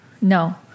no